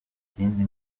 ikindi